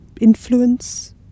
influence